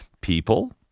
people